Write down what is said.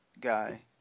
guy